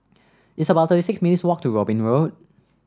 it's about Three six minutes' walk to Robin Road